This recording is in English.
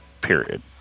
Period